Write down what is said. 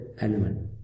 element